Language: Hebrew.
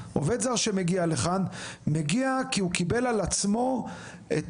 עובד זר שמגיעה לכאן מגיע כי הוא קיבל על עמו את